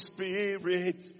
Spirit